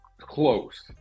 close